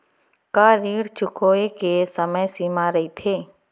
का ऋण चुकोय के समय सीमा रहिथे?